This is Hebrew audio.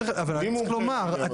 אבל צריך לומר,